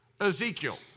Ezekiel